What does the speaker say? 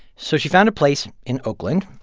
so she found a place in oakland,